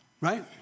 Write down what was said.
Right